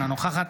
אינה נוכחת